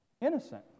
innocent